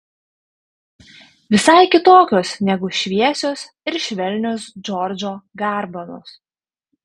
visai kitokios negu šviesios ir švelnios džordžo garbanos